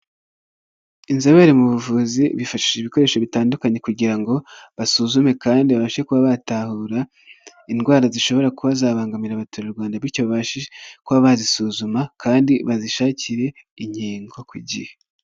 Inzobere mu buvuzi bifashisha ibikoresho bitandukanye kugira ngo basuzume kandi babashe kuba batahura indwara zishobora kuba zabangamira abaturarwanda bityo babashe kuba bazisuzuma kandi bazishakire inkingo ku gihe.